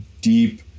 deep